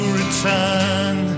return